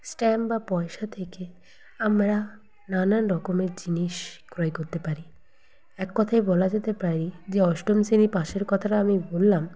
stamp বা পয়সা থেকে আমরা নানান রকমের জিনিস ক্রয় করতে পারি এক কথায় বলা যেতে পারে যে অষ্টম শ্রেণী পাসের কথাটা আমি বললাম